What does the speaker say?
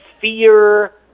fear